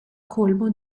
colmo